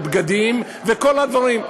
בגדים וכל הדברים.